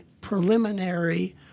preliminary